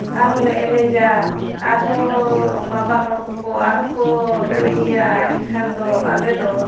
ᱟᱨᱦᱚᱸ ᱞᱮ ᱮᱱᱮᱡᱟ ᱟᱨᱦᱚᱸ ᱵᱟᱵᱟ ᱦᱚᱲ ᱠᱚ ᱠᱚ ᱟᱨᱦᱚᱸ ᱠᱚ ᱨᱩᱭ ᱜᱮᱭᱟ ᱮᱱᱠᱷᱟᱱ ᱫᱚ ᱟᱞᱮ ᱫᱚ